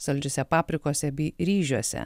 saldžiose paprikose bei ryžiuose